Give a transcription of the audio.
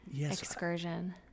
excursion